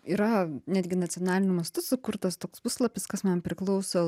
yra netgi nacionaliniu mastu sukurtas toks puslapis kas man priklauso